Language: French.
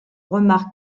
remarque